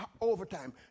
overtime